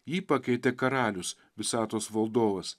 jį pakeitė karalius visatos valdovas